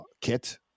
Kit